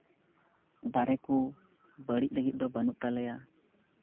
ᱫᱟᱨᱮ ᱠᱚ ᱵᱟᱹᱲᱤᱡ ᱞᱟᱹᱜᱤᱫ ᱫᱚ ᱵᱟᱹᱱᱩᱜ ᱛᱟᱞᱮᱭᱟ